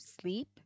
sleep